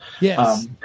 Yes